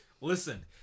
Listen